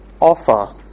offer